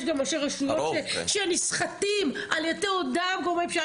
יש גם ראשי רשויות שנסחטים על ידי אותם גורמי פשיעה,